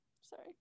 Sorry